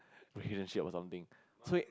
relationship or something so